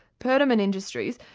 perdaman industries,